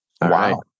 wow